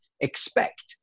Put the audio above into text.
expect